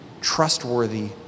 trustworthy